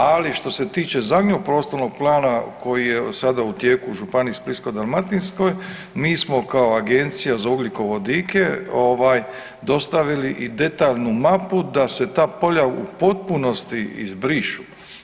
Ali što se tiče zadnjeg prostornog plana koji je sada u tijeku u Županiji Splitsko-dalmatinskoj mi smo kao Agencija za ugljikovodike dostavili i detaljnu mapu da se ta polja u potpunosti izbrišu.